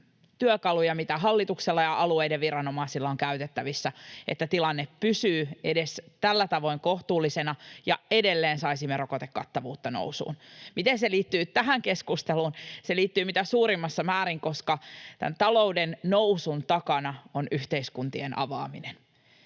työkaluja, mitä hallituksella ja alueiden viranomaisilla on käytettävissään, että tilanne pysyy edes tällä tavoin kohtuullisena ja edelleen saisimme rokotekattavuutta nousuun. Miten se liittyy tähän keskusteluun? Se liittyy mitä suurimmassa määrin, koska talouden nousun takana on yhteiskuntien avaaminen,